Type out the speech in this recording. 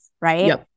right